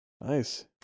Nice